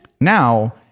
now